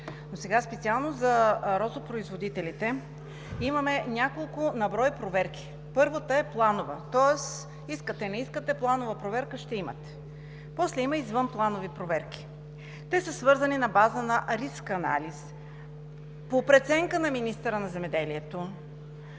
но сега специално за розопроизводителите имаме няколко на брой проверки. Първата е планова, тоест искате – не искате, планова проверка ще имате. После има извънпланови проверки. Те са свързани на база на риск анализ по преценка на министъра на земеделието,